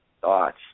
thoughts